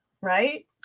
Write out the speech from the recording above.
right